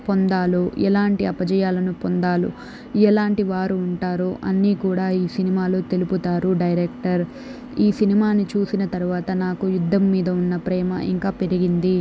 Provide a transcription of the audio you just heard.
పొందాలో ఎలాంటి అపజయాలను పొందాలో ఎలాంటి వారు ఉంటారో అన్నీ కూడా ఈ సినిమాలో తెలుపుతారు డైరెక్టర్ ఈ సినిమాని చూసిన తర్వాత నాకు యుద్ధం మీద ఉన్న ప్రేమ ఇంకా పెరిగింది